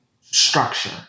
structure